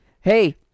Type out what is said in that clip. hey